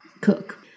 cook